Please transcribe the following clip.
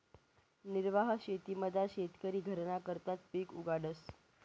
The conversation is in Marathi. निर्वाह शेतीमझार शेतकरी घरना करताच पिक उगाडस